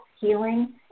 healing